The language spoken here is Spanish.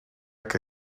que